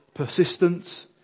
persistence